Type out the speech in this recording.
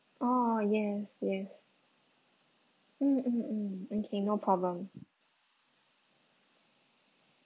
oh yes yes mm mm mm okay no problem